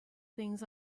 things